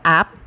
app